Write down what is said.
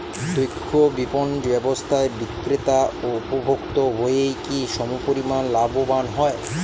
দক্ষ বিপণন ব্যবস্থায় বিক্রেতা ও উপভোক্ত উভয়ই কি সমপরিমাণ লাভবান হয়?